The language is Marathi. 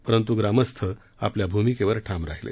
परंतु ग्रामस्थ आपल्या भूमिकेवर ठाम राहिले